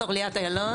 איילון,